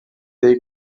dei